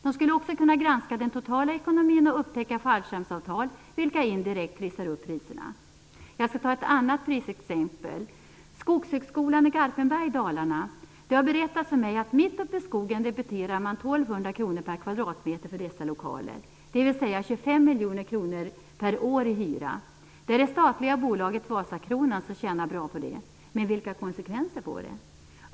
Man skulle också kunna granska den totala ekonomin och upptäcka fallskärmsavtal, vilka indirekt trissar upp priserna. Jag skall ta ett annat prisexempel, nämligen Skogshögskolan i Garpenberg, Dalarna. Det har berättats för mig att man mitt uppe i skogen debiterar 1 200 kronor per kvadratmeter i hyra för dess lokaler, dvs. 25 miljoner kronor per år. Det är det statliga bolaget Vasakronan som tjänar bra på detta, men vilka konsekvenser får det?